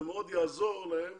זה מאוד יעזור להם